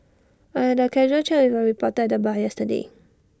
I had A casual chat with A reporter at the bar yesterday